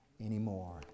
anymore